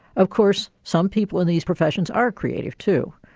of course some people in these professions are creative too.